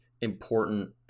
important